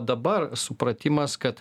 dabar supratimas kad